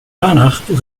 danach